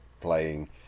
playing